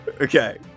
Okay